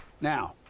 now